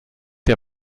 der